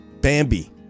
Bambi